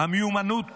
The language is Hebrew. שהמיומנות